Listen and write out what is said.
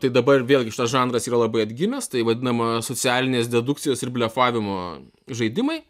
tai dabar vėlgi šitas žanras yra labai atgimęs tai vadinama socialinės dedukcijos ir blefavimo žaidimai